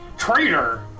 traitor